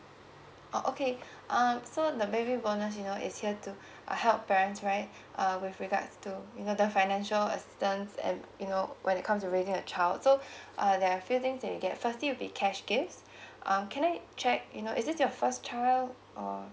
oh okay um so the baby bonus you know is here to uh help parents right uh with regards to you know the financial assistance um you know when it comes to raising a child so uh there're few things that you'll get first thing would be cash gift um can I check you know is this your first child or